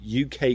UK